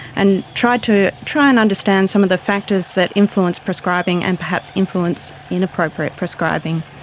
and tried to try and understand some of the factors that influence prescribing and perhaps influence inappropriate prescribing.